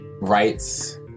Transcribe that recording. rights